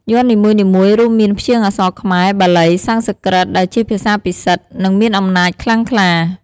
យ័ន្តនីមួយៗ រួមមានព្យាង្គអក្សរខ្មែរ–បាលី–សំស្ក្រឹត ដែលជាភាសាពិសិដ្ឋ និងមានអំណាចខ្លាំងក្លា។